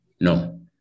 No